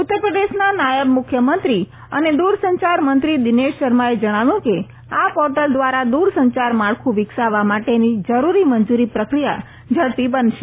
ઉત્તર પ્રદેશના નાયબ મુખ્યમંત્રી અને દુરસંચાર મંત્રી દિનેશ શર્માએ જણાવ્યું કે આ પોર્ટલ દ્વારા દુર સંચાર માળખું વિકસાવવા માટેની જરૂરી મંજુરી પ્રક્રિયા ઝડપી બનશે